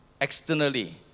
externally